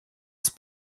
ist